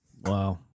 Wow